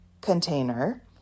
container